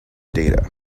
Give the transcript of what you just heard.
data